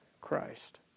Christ